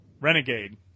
Renegade